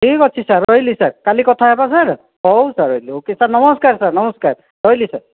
ଠିକ୍ ଅଛି ସାର୍ ରହିଲି ସାର୍ କାଲି କଥା ହେବା ସାର୍ ହଉ ସାର୍ ରହିଲି ଓ କେ ସାର୍ ନମସ୍କାର ସାର୍ ନମସ୍କାର ରହିଲି ସାର୍